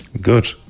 good